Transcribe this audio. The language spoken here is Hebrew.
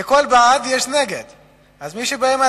אין מתנגדים ואין נמנעים.